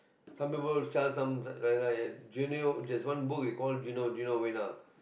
some people sell some like like there's one book we call Geno~ Genovena